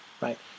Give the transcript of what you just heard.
right